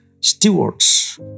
stewards